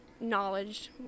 knowledge